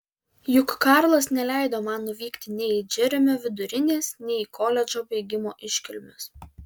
juk karlas neleido man nuvykti nei į džeremio vidurinės nei į koledžo baigimo iškilmes